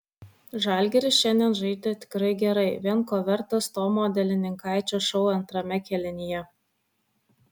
žalgiris šiandien žaidė tikrai gerai vien ko vertas tomo delininkaičio šou antrame kėlinyje